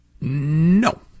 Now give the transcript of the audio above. No